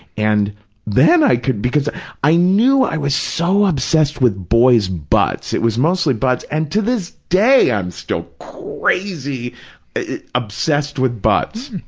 and then i could, because i knew i was so obsessed with boys' butts, it was mostly butts, and to this day i'm still crazy obsessed with butts.